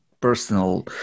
personal